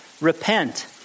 Repent